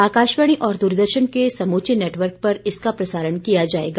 आकाशवाणी और द्रदर्शन के समूचे नेटवर्क पर इसका प्रसारण किया जाएगा